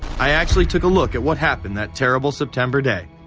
i actually took a look at what happened that terrible september day.